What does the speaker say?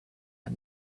and